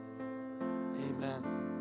Amen